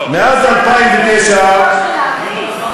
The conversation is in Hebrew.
מאז 2009,